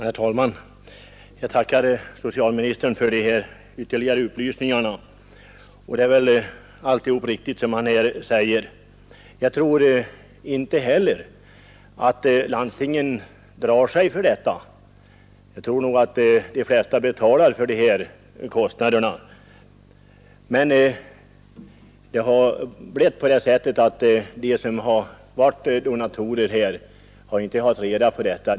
Herr talman! Jag tackar socialministern för dessa ytterligare upplysningar, och allt vad han här säger är väl riktigt. Jag tror inte heller att landstingen drar sig för detta. De flesta betalar nog för de här kostnaderna. Men det är tyvärr så att donatorerna inte haft reda på detta förhållande.